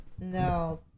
No